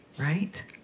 right